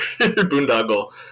boondoggle